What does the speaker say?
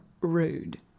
rude